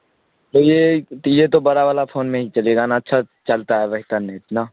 تو یہ تو یہ تو بڑا والا فون میں ہی چلے گا نا اچھا چلتا ہے بہتر نہیں اتنا